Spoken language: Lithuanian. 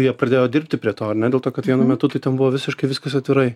jie pradėjo dirbti prie to ar ne dėl to kad vienu metu tai ten buvo visiškai viskas atvirai